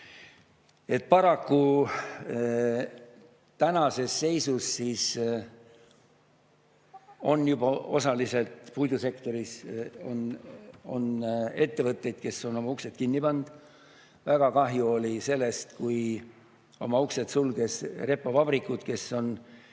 Paraku tänases seisus on juba puidusektoris ettevõtteid, kes on oma uksed kinni pannud. Väga kahju oli sellest, kui oma uksed sulges Repo Vabrikud AS, kes on